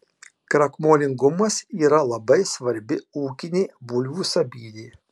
krakmolingumas yra labai svarbi ūkinė bulvių savybė